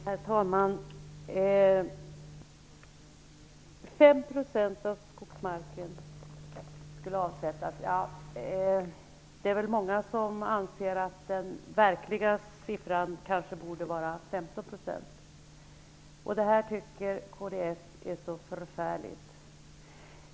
Herr talman! Det handlar om 5 % av skogsmarken som skulle avsättas, men det är nog många som anser att den siffran kanske borde vara 15 %. Detta tycker kds är så förfärligt.